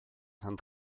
ond